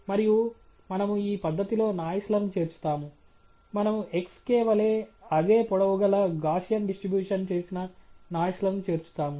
మరియు మనము ఈ పద్ధతిలో నాయిస్ లను చేర్చుతాము మనము xk వలె అదే పొడవు గల గాస్సియన్ డిస్ట్రిబ్యూషన్ చేసిన నాయిస్ లను చేర్చుతాము